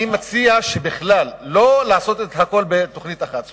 אני מציע שלא לעשות הכול בתוכנית אחת.